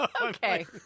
Okay